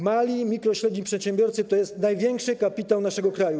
Mali, mikro- i średni przedsiębiorcy to jest największy kapitał naszego kraju.